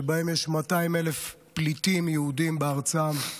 שבהם יש 200,000 פליטים יהודים בארצם.